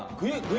great